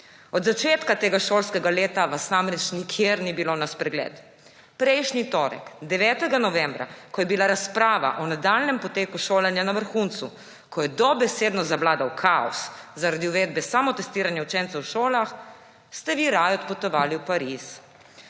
Od začetka tega šolskega leta vas namreč nikjer ni bilo na spregled. Prejšnji torek, 9. novembra, ko je bila razprava o nadaljnjem poteku šolanja na vrhuncu, ko je dobesedno zavladal kaos zaradi uvedbe samotestiranja učencev v šolah, ste vi raje odpotovali v Pariz,